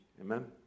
amen